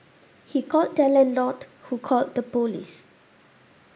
he called their landlord who called the police